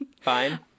fine